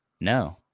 No